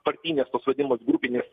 partinės tos vadinamos grupinės